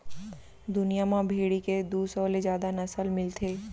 दुनिया म भेड़ी के दू सौ ले जादा नसल मिलथे